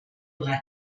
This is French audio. vrai